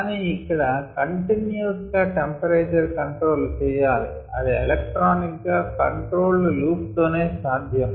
కానీ ఇక్కడ కంటిన్యువస్ గా టెంపరేచర్ కంట్రోల్ చెయ్యాలి అది ఎలెక్ట్రానిక్ గా కంట్రోల్డ్ లూప్ తోనే సాధ్యం